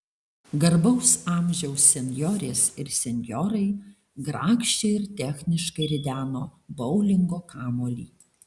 garbaus amžiaus senjorės ir senjorai grakščiai ir techniškai rideno boulingo kamuolį